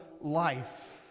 life